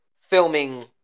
filming